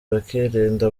bakirinda